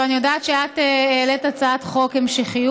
אני יודעת שאת העלית הצעת חוק המשכיות.